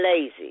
lazy